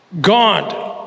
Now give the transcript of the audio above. God